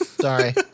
Sorry